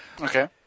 Okay